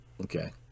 okay